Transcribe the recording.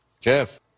Jeff